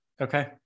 okay